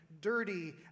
dirty